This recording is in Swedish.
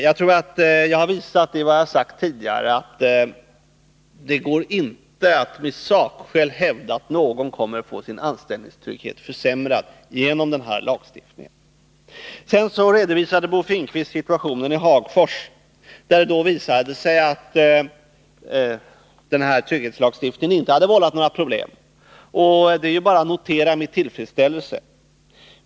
Jag tror att jag genom det jag sagt tidigare har visat att det inte med sakskäl går att hävda att någon kommer att få sin anställningstrygghet försämrad genom denna lagstiftning. Bo Finnkvist redovisade sedan situationen i Hagfors, där det visat sig att trygghetslagstiftningen inte vållat några problem. Det är bara att notera med tillfredsställelse.